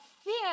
fear